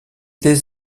des